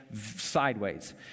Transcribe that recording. sideways